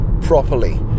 properly